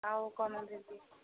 ଆଉ କ'ଣ ଦେବି